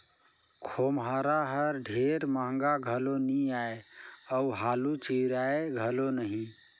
खोम्हरा हर ढेर महगा घलो नी आए अउ हालु चिराए घलो नही